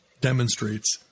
demonstrates